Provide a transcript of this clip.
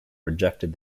rejected